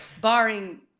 barring